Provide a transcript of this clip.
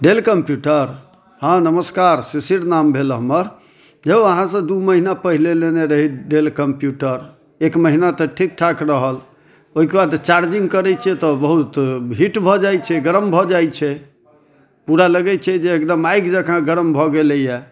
Dell computer हँ नमस्कार शिशिर नाम भेल हमर यौ अहाँसँ दू महिना पहिने लेने रही डेल कम्प्यूटर एक महिना तऽ ठीक ठाक रहल ओकर बाद चार्जिंग करै छियै तऽ बहुत हीट भऽ जाइ छै गरम भऽ जाइ छै पूरा लगै छै जे एकदम आगि जेना गरम भऽ गेलै है